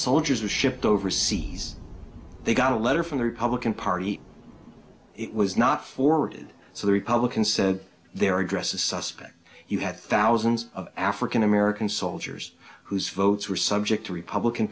soldiers were shipped overseas they got a letter from the republican party it was not forwarded so the republican said their address is suspect you have thousands of african american soldiers whose votes were subject to republican